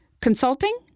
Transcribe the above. Consulting